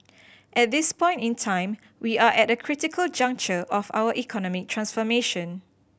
at this point in time we are at a critical juncture of our economic transformation